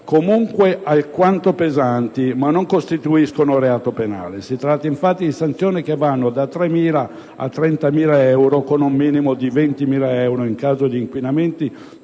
comunque alquanto pesanti (ma non costituiscono reato penale). Si tratta infatti di sanzioni che vanno dai 3.000 ai 30.000 euro, con un minimo di 20.000 euro in caso di inquinamento